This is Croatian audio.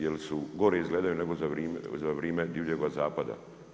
Jer gore izgledaju nego za vrijeme divljega zapada.